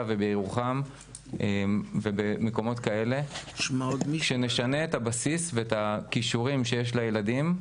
ובירוחם ובמקומות כאלה שנשנה את הבסיס ואת הכישורים שיש לילדים,